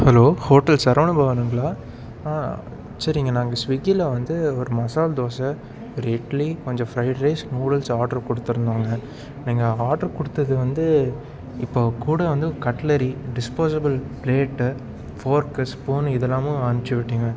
hello hotel Saravana பவனுங்களா ஆ சரிங்க நாங்கள் ஸ்விக்கியில் வந்து ஒரு மசால் தோசை ஒரு இட்லி கொஞ்சம் ஃப்ரைட் ரைஸ் நூடுல்ஸ் ஆட்ரு கொடுத்துருந்தோங்க நாங்கள் ஆட்ரு கொடுத்தது வந்து இப்போ கூட வந்து cutlery disposable plate fork spoon இதெல்லாமும் அனுப்பிச்சி விட்டிங்க